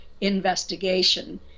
investigation